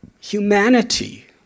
humanity